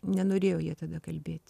nenorėjo jie tada kalbėti